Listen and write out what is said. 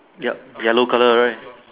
ya yellow colour right